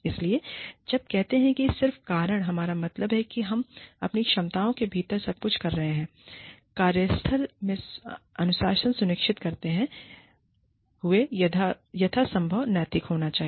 इसलिए जब हम कहते हैं सिर्फ कारण हमारा मतलब है कि हम अपनी क्षमताओं के भीतर सब कुछ कर रहे हैं कार्यस्थल में अनुशासन सुनिश्चित करते हुए यथासंभव नैतिक होना चाहिए